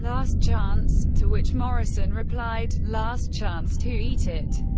last chance, to which morrison replied, last chance to eat it.